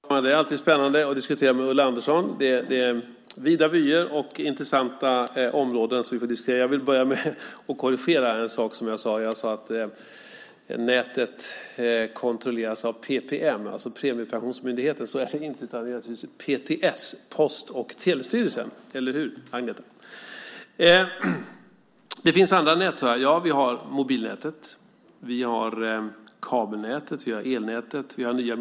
Herr talman! Det är alltid spännande att diskutera med Ulla Andersson. Det är vida vyer och intressanta områden som vi diskuterar. Jag vill börja med att korrigera en sak. Jag sade att nätet kontrolleras av PPM, alltså Premiepensionsmyndigheten. Så är det inte. Det är naturligtvis PTS, Post och telestyrelsen, som kontrollerar det. Det finns andra nät, sade jag. Vi har mobilnätet. Vi har kabelnätet. Vi har elnätet.